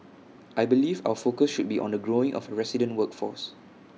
I believe our focus should be on the growing of resident workforce